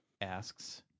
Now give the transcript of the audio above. asks